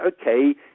okay